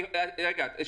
בתום לב היא לא תטיל עיצום.